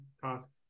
tasks